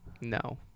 No